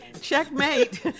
checkmate